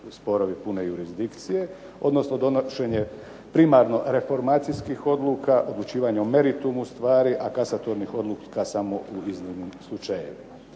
sporovi pune jurisdikcije, odnosno donošenje primarno reformacijskih odluka, odlučivanje o meritumu stvari, a kasatornih odluka samo u iznimnim slučajevima.